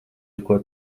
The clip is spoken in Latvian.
neko